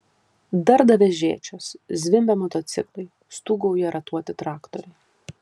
darda vežėčios zvimbia motociklai stūgauja ratuoti traktoriai